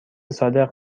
صادق